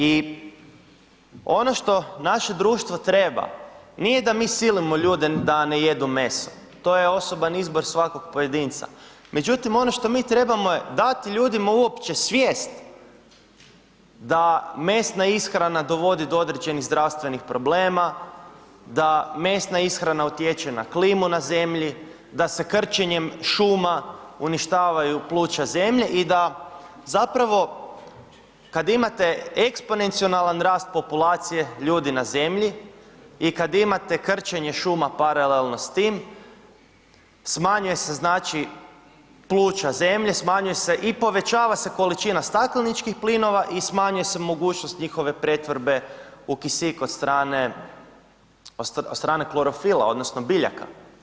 I ono što naše društvo treba nije da mi silimo ljude da ne jedu meso, to je osoban izbor svakoga pojedinca, međutim ono što mi trebamo je dati ljudima uopće svijest da mesna ishrana dovodi do određenih zdravstvenih problema, da mesna ishrana utječe na klimu na zemlji, da se krčenjem šuma uništavaju pluća zemlje i da zapravo kad imate eksponencionalan rast populacije ljudi na zemlji i kad imate krčenje šuma paralelno s tim smanjuje se znači pluća zemlje, smanjuje se i povećava se količina stakleničkih plinova i smanjuje se mogućnost njihove pretvorbe u kisik od strane, od strane klorofila odnosno biljaka.